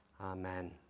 Amen